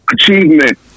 achievement